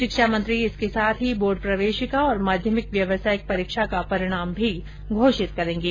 शिक्षा मंत्री इसके साथ ही बोर्ड प्रवेशिका ओर माध्यमिक व्यावसायिक परीक्षा का परिणाम भी घोषित करेगें